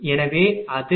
எனவே அது 500 × 0